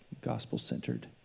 gospel-centered